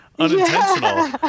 unintentional